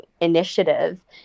initiative